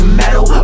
metal